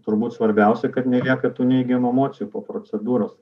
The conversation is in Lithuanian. turbūt svarbiausia kad nelieka tų neigiamų emocijų po procedūro